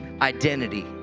Identity